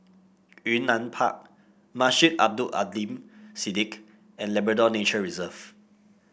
Yunnan Park Masjid Abdul Aleem Siddique and Labrador Nature Reserve